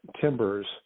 timbers